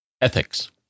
ethics